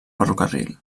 ferrocarril